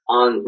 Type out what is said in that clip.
on